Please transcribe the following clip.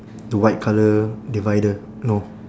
the white colour divider no